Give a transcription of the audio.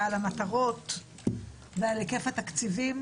על המטרות ועל היקף התקציבים